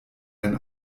ein